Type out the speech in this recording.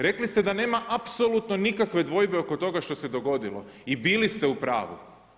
Rekli ste da nema apsolutno nikakve dvojbe oko toga što se dogodilo, i bili ste u pravu.